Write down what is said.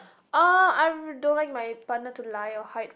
oh I'm don't want my partner to lie or hide